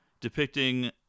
depicting